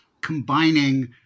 combining